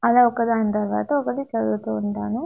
అలా ఒకదాని తర్వాత ఒకటి చదువుతు ఉంటాను